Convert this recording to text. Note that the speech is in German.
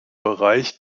bereich